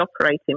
operating